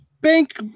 Bank